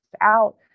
out